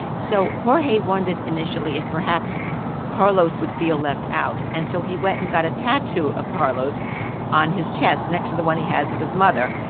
so jorge wondered initially if perhaps carlos would feel left out, and so he went and got a tattoo of carlos on his chest, next to the one he has of his mother.